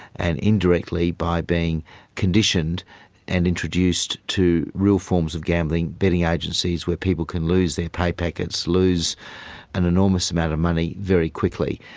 and indirectly by being conditioned and introduced to real forms of gambling, betting agencies where people can lose their pay packets, lose an enormous amount of money very quickly.